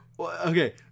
Okay